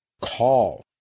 CALL